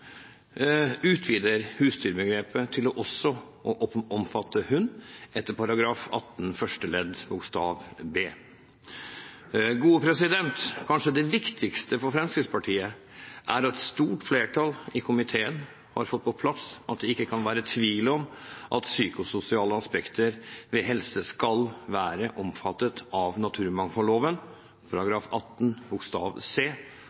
utvider husdyrbegrepet til også å omfatte hund, etter § 18 første ledd bokstav b. Kanskje det viktigste for Fremskrittspartiet er at et stort flertall i komiteen har fått på plass at det ikke kan være tvil om at psykososiale aspekter ved helse skal være omfattet av naturmangfoldloven § 18 første ledd bokstav c,